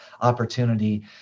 opportunity